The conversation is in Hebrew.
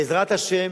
בעזרת השם,